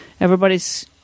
everybody's